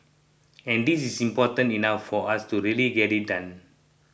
and this is important enough for us to really get it done